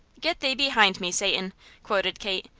get thee behind me, satan quoted kate.